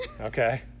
okay